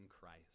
christ